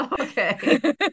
Okay